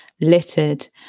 littered